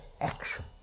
action